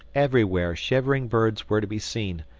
everywhere shivering birds were to be seen,